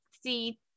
see